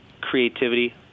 creativity